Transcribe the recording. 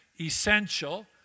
essential